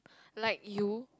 like you